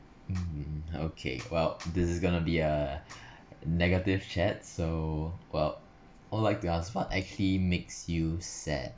um okay well this is gonna be a negative chat so !wow! well like to ask what actually makes you sad